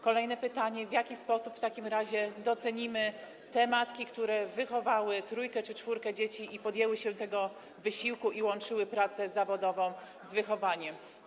Kolejne pytanie: W jaki sposób w takim razie docenimy te matki, które wychowały trójkę czy czwórkę dzieci, podjęły się tego wysiłku, i łączyły pracę zawodową z wychowywaniem dzieci?